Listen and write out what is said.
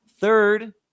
Third